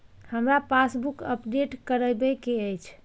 हमरा passbook update करैबे के अएछ?